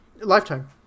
lifetime